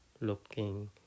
looking